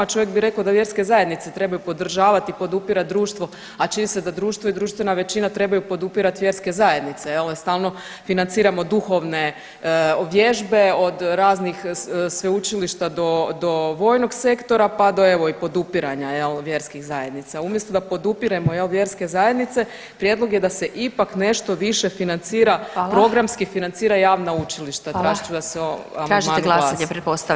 Čovjek bi rekao da vjerske zajednice trebaju podržavat i podupirat društvo, a čini se društvo i društvena većina trebaju podupirat vjerske zajednice jel stalno financiramo duhovne vježbe od raznih sveučilišta do vojnog sektora pa do evo i podupiranja, je li, vjerskih zajednica, umjesto da podupiremo, je li, vjerske zajednice, prijedlog je da se ipak nešto više financira [[Upadica: Hvala.]] programski financira javna učilišta [[Upadica: Hvala.]] Tražit ću da se o amandmanu [[Upadica: Tražite glasanje, pretpostavljam?]] glasa.